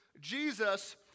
Jesus